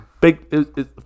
Big